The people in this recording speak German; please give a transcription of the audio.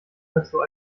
dazu